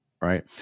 right